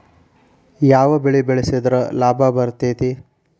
ಯಾವ ಬೆಳಿ ಬೆಳ್ಸಿದ್ರ ಲಾಭ ಬರತೇತಿ?